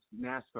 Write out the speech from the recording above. NASCAR